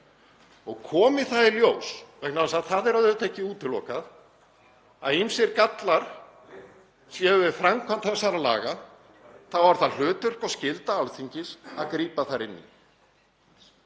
Og komi það í ljós, vegna þess að það er auðvitað ekki útilokað, að ýmsir gallar séu við framkvæmd þessara laga þá er það hlutverk og skylda Alþingis að grípa þar inn í.